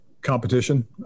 competition